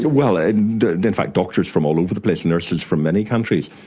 ah well, and in fact doctors from all over the place, nurses from many countries.